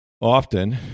often